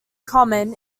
common